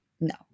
No